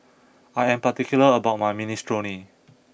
I am particular about my Minestrone